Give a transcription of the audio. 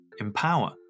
empower